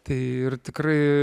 tai ir tikrai